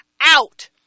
out